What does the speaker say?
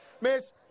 Miss